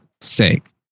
sake